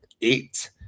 Eight